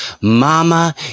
Mama